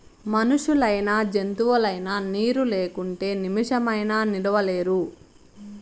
మనుషులైనా జంతువులైనా నీరు లేకుంటే నిమిసమైనా నిలువలేరు